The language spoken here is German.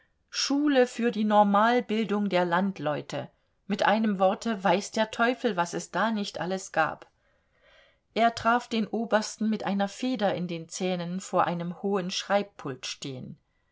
schule für die normalbildung der landleute mit einem worte weiß der teufel was es da nicht alles gab er traf den obersten mit einer feder in den zähnen vor einem hohen schreibpult stehen